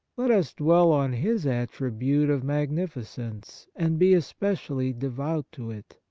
let us dwell on his attribute of magnificence, and be especially devout to it.